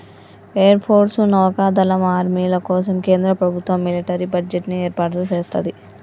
air force, నౌకా దళం, ఆర్మీల కోసం కేంద్ర ప్రభుత్వం మిలిటరీ బడ్జెట్ ని ఏర్పాటు సేత్తది